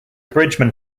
bridgeman